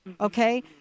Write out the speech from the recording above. Okay